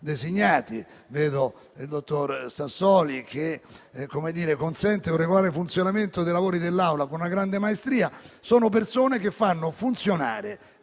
designati. Vedo il dottor Sassoli che consente un regolare funzionamento dei lavori dell'Assemblea con una grande maestria. Si tratta di persone che fanno funzionare